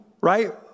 right